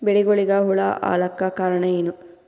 ಬೆಳಿಗೊಳಿಗ ಹುಳ ಆಲಕ್ಕ ಕಾರಣಯೇನು?